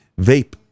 Vape